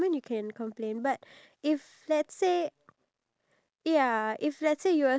okay another question okay this is I feel like